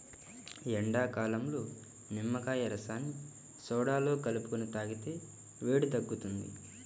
ఎండాకాలంలో నిమ్మకాయ రసాన్ని సోడాలో కలుపుకొని తాగితే వేడి తగ్గుతుంది